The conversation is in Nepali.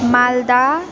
मालदा